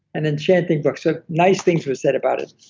an enchanting book, so nice things were said about it.